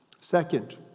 Second